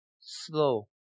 slow